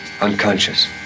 unconscious